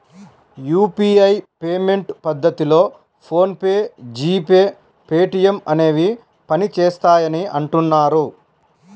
UPI payment పద్ధతిలో PhonePe, GPay, Paytm అనేవి పనిచేస్తాయని అంటున్నారు